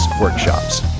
Workshops